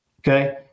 okay